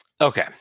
Okay